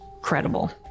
credible